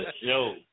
Yo